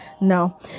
no